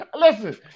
Listen